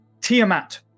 Tiamat